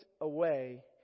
away